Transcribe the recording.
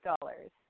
Dollars